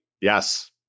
Yes